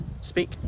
speak